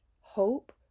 hope